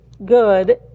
good